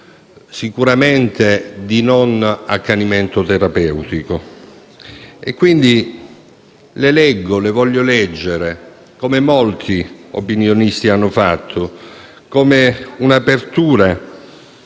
sicuramente di non accanimento terapeutico. Le voglio, quindi, leggere, come molti opinionisti hanno fatto, come un'apertura.